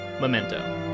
Memento